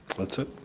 that's it,